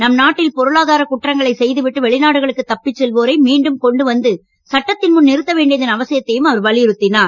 நம் நாட்டில் பொருளாதார குற்றங்களை செய்துவிட்டு வெளிநாடுகளுக்கு தப்பிச் செல்வோரை மீண்டும் கொண்டு வந்து சட்டத்தின் முன் நிறுத்த வேண்டியதன் அவசியத்தையும் அவர் வலியுறுத்தினார்